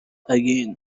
again